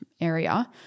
area